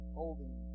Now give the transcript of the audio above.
holding